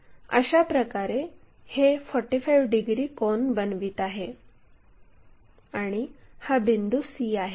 अशाप्रकारे हे 45 डिग्री कोन बनवित आहे आणि हा बिंदू c आहे